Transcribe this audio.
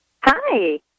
Hi